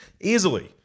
easily